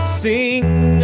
sing